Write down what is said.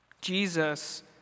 Jesus